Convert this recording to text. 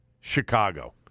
Chicago